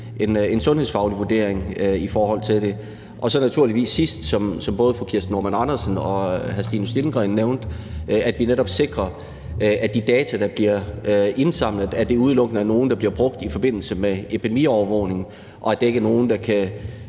en sundhedsfaglig vurdering. Så er der naturligvis til sidst det, som både fru Kirsten Normann Andersen og hr. Stinus Lindgreen nævnte, nemlig at vi netop skal sikre, at de data, der bliver indsamlet, udelukkende er nogle, der bliver brugt i forbindelse med epidemiovervågning, og at det ikke er nogle, der kan